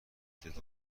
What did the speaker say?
متعدد